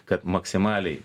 kad maksimaliai